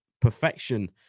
perfection